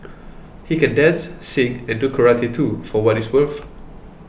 he can dance sing and do karate too for what it's worth